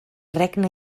regne